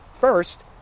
first